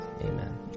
Amen